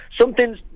something's